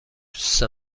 دوست